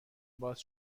باز